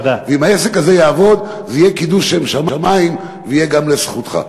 אם העסק הזה יעבוד זה יהיה קידוש שם שמים ויהיה גם לזכותך.